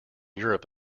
europe